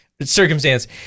Circumstance